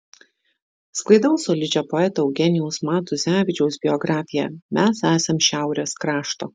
sklaidau solidžią poeto eugenijaus matuzevičiaus biografiją mes esam šiaurės krašto